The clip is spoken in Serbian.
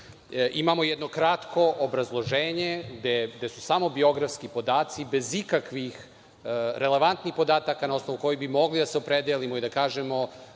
Imamo jedno kratko obrazloženje, gde su samo biografski podaci, bez ikakvih relevatnih podataka na osnovu kojih bi mogli da se opredelimo i da glasamo